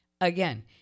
Again